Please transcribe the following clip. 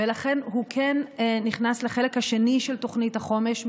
ולכן הוא כן נכנס לחלק השני של תוכנית החומש,